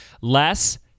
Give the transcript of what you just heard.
Less